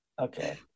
Okay